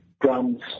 drums